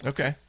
Okay